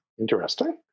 Interesting